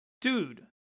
dude